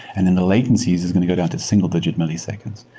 and then the latencies is going to go down to single digit milliseconds.